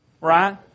Right